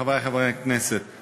חברי חברי הכנסת,